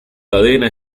cadena